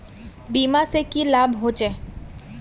बीमा से की लाभ होचे?